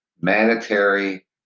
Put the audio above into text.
Mandatory